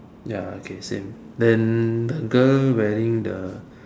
ya okay same then the girl wearing the